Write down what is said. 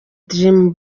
dream